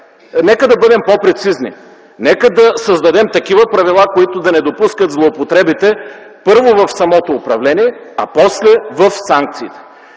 Нека да бъдем по-прецизни, нека да създадем такива правила, които да не допускат злоупотребите, първо, в самото управление, а после – в санкциите.